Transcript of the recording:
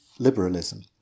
liberalism